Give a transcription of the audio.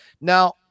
Now